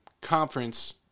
conference